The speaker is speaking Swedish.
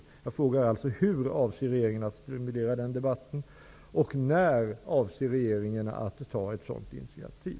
Mina frågor är: Hur avser regeringen att stimulera den debatten och när avser regeringen att ta ett sådant initiativ?